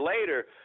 later